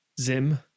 Zim